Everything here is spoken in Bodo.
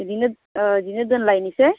बिदिनो अ बिदिनो दोनलायनोसै